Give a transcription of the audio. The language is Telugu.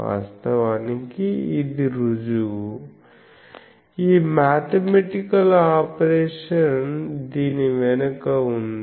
వాస్తవానికి ఇది రుజువు ఈ మాథమెటికల్ ఆపరేషన్ దీని వెనుక ఉంది